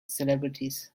celebrities